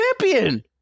champion